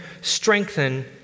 strengthen